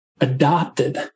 adopted